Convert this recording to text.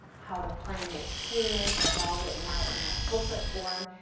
how the plan makes payment, that's all written out in a booklet form,